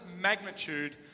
magnitude